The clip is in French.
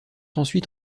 ensuite